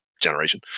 generation